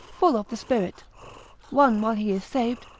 full of the spirit one while he is saved,